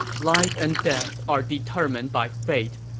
life and death are determined by fate.